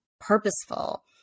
purposeful